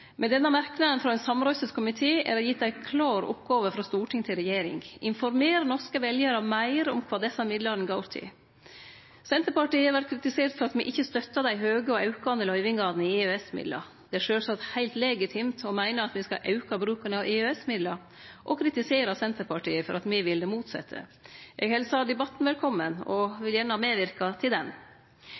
Med denne merknaden frå ein samrøystes komité er det gitt ei klår oppgåve frå storting til regjering: Informer norske veljarar meir om kva desse midlane går til. Senterpartiet vert kritisert for at me ikkje støttar dei høge og aukande løyvingane av EØS-midlar. Det er sjølvsagt heilt legitimt å meine at me skal auke bruken av EØS-midlar, og kritisere Senterpartiet for at me vil det motsette. Eg helsar debatten velkomen og vil gjerne medverke til den.